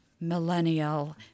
millennial